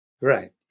right